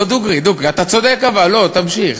לא, דוגרי, דוגרי, אתה צודק אבל, לא, תמשיך.